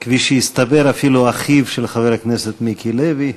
כפי שהסתבר, אפילו אחיו של חבר הכנסת מיקי לוי.